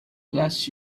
bless